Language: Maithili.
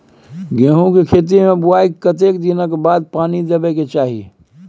गेहूँ के खेती मे बुआई के कतेक दिन के बाद पानी देबै के चाही?